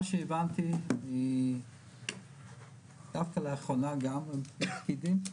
מה שהבנתי דווקא לאחרונה גם מפקידים,